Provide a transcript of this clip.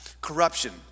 corruption